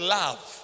love